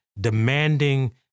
demanding